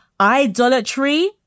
idolatry